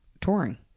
touring